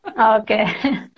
Okay